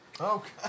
okay